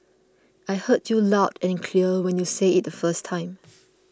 I heard you loud and clear when you said it the first time